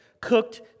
cooked